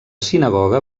sinagoga